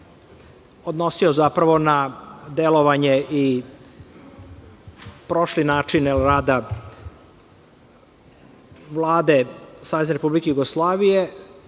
odnosio na delovanje i prošli način rada Vlade Savezne Republike Jugoslavije,